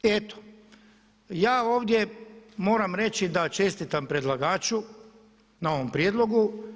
Ja ovdje moram reći da čestitam predlagaču na ovom prijedlogu.